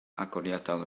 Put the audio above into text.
agoriadol